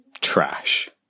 trash